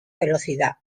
velocidad